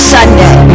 Sunday